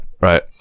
right